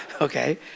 Okay